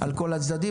הבנת אותי?